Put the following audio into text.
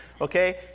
Okay